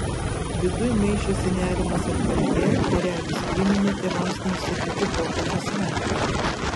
viduj maišėsi nerimas ir kaltė kurią vis priminė tėvams neišsakyti popietės įvykiai